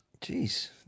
Jeez